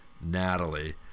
Natalie